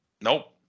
Nope